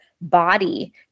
body